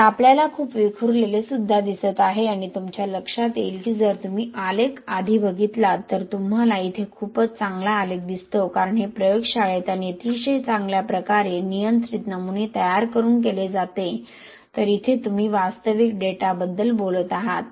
आता आपल्याला खूप विखुरलेले सुद्धा दिसत आहे आणि तुमच्या लक्षात येईल की जर तुम्ही आलेख आधी बघितलात तर तुम्हाला इथे खूपच चांगला आलेख दिसतो कारण हे प्रयोगशाळेत आणि अतिशय चांगल्या प्रकारे नियंत्रित नमुने तयार करून केले जाते तर इथे तुम्ही वास्तविक डेटाबद्दल बोलत आहात